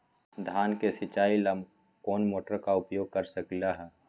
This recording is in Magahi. धान के सिचाई ला कोंन मोटर के उपयोग कर सकली ह?